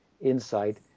insight